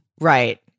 Right